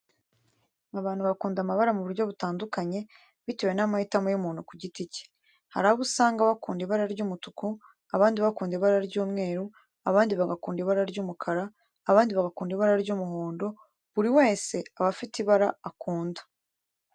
Abantu bakunda amabara mu buryo butandukanye bitewe n'amahitamo y'umuntu ku giti cye. Hari abo usanga bakunda ibara ry'umutuku, abandi bakunda ibara ry'umweru, abandi bagakunda ibara ry'umukara, abandi bagakunda ibara ry'umuhondo buri wese aba afite ibara akunda.